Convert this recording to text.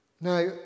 Now